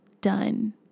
done